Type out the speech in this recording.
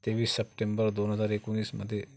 तेवीस सप्टेंबर दोन हजार एकोणीसमध्ये